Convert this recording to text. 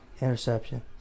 interception